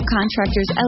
Contractors